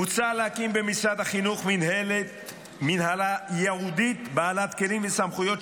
מוצע להקים במשרד החינוך מינהלה ייעודית בעלת כלים וסמכויות,